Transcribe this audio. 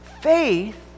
faith